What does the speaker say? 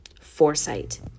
foresight